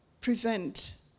prevent